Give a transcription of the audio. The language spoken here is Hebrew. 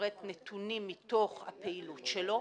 מלפרט נתונים מתוך הפעילות שלו.